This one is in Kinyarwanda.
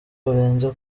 burenze